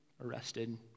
arrested